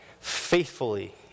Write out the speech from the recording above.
faithfully